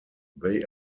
they